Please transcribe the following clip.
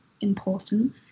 important